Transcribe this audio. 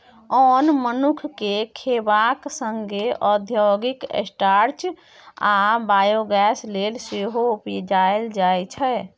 ओन मनुख केँ खेबाक संगे औद्योगिक स्टार्च आ बायोगैस लेल सेहो उपजाएल जाइ छै